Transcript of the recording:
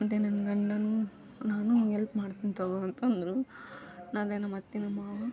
ಮತ್ತು ನನ್ನ ಗಂಡನೂ ನಾನು ಎಲ್ಪ್ ಮಾಡ್ತೀನಿ ತೊಗೋ ಅಂತ ಅಂದ್ರು ನಾನೇನೋ ಮಾಡ್ತೀನಮ್ಮ